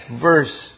verse